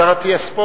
השר אטיאס פה?